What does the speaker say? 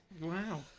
Wow